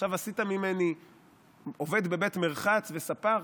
עכשיו עשית ממני עובד בבית מרחץ וספר,